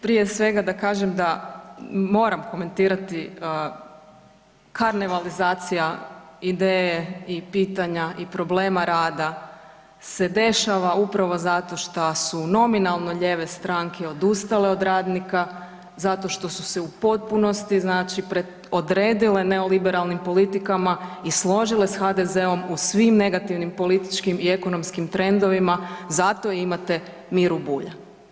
Prije svega da kažem da moram komentirati karnevalizacija ideje i pitanja, i problema rada se dešava upravo zato šta su nominalno lijeve stranke odustale od radnika, zato što su se u potpunosti znači odredile neoliberalnim politikama i složile s HDZ-om u svim negativnim političkim i ekonomskim trendovima, zato imate Miru Bulja.